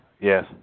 Yes